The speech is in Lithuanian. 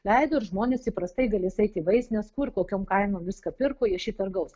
leido ir žmonės įprastai galės eit į vaistines kur kokiom kainom viską pirko jie šitą ir gaus